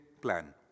plan